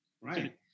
right